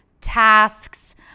tasks